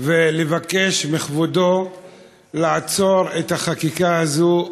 ולבקש מכבודו לעצור את החקיקה הזאת,